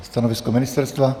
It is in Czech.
Stanovisko ministerstva?